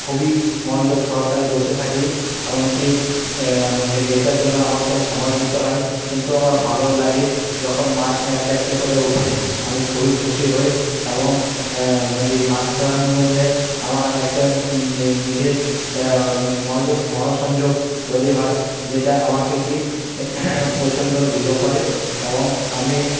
খুবই মনোযোগ সহকারে বসে থাকি এমনকি এটার জন্য আমাকে সময় দিতে হয় কিন্তু আমার ভালোও লাগে যখন মাছ এক একটি করে উঠে আমি খুবই খুশি হয় এবং এই মাছ ধরার মধ্যে আমার একটা নিজের মনোযোগ মনঃসংযোগ তৈরি হয় যেটা আমাকে কি প্রচণ্ড দৃঢ় করে এবং আমি